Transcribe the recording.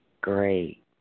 Great